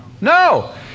No